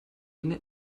lehne